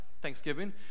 Thanksgiving